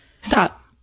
Stop